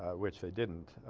which they didn't